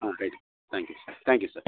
ah right thank you sir thank you sir